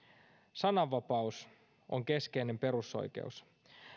sananvapaus on keskeinen perusoikeus